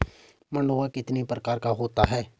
मंडुआ कितने प्रकार का होता है?